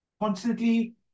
constantly